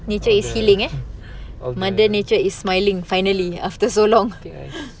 all the all the I think I saw